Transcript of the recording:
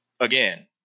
again